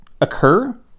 occur